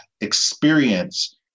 experience